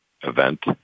event